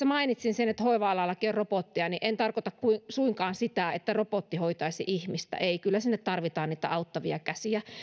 mainitsin sen että hoiva alallakin on robotteja en tarkoita suinkaan sitä että robotti hoitaisi ihmistä ei kyllä sinne tarvitaan niitä auttavia käsiä